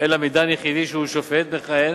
אלא מדן יחיד שהוא שופט מכהן